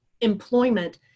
employment